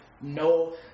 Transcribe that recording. no